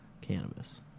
cannabis